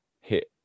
hit